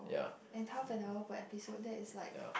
and half an hour per episode that is like